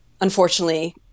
unfortunately